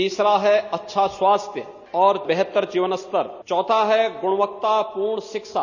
तीसरा है अच्छा स्वास्थ्य और बेहतर जीवन स्तर चौथा है गुणवत्तापूर्ण शिक्षा